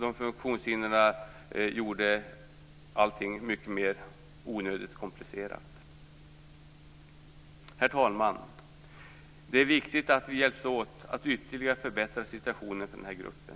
Allting blir mycket mer onödigt komplicerat. Herr talman! Det är viktigt att vi hjälps åt med att ytterligare förbättra situationen för den här gruppen.